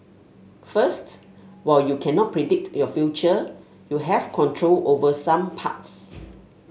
first while you cannot predict your future you have control over some parts